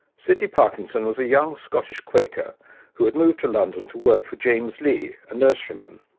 sydney parkinson was a young scottish quaker who had moved to london to work for james lee, a nurseryman,